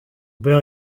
père